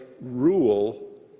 rule